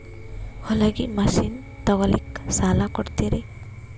ಹೊಲಗಿ ಮಷಿನ್ ತೊಗೊಲಿಕ್ಕ ಸಾಲಾ ಕೊಡ್ತಿರಿ?